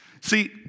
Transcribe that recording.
See